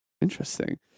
Interesting